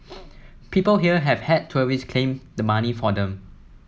people here have had tourists claim the money for them